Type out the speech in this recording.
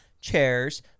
chairs